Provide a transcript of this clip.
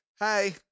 hi